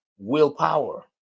Willpower